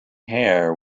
hair